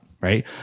right